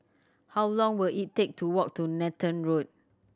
how long will it take to walk to Nathan Road